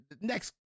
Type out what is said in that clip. next